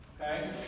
okay